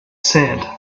said